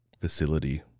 facility